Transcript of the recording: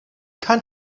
kein